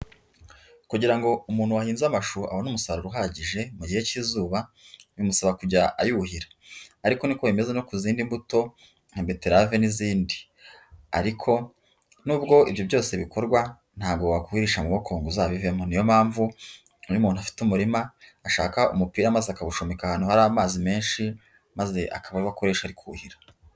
Kugira ngo umuntu wahinze amashu abone umusaruro uhagije, mu gihe cy'izuba, bimusaba kujya ayuhira. Ariko niko bimeze no ku zindi mbuto nka beterave n'izindi, ariko nubwo ibyo byose bikorwa ntabwo wakuhisha amaboko ngo uzabivemo, niyo mpamvu iyo umuntu afite umurima ashaka umupira maze akawushunika ahantu hari amazi menshi, maze akaba ariwo agakoresha ari kuhira.